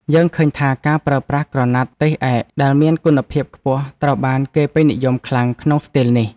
យើងឃើញថាការប្រើប្រាស់ក្រណាត់ទេសឯកដែលមានគុណភាពខ្ពស់ត្រូវបានគេពេញនិយមខ្លាំងក្នុងស្ទីលនេះ។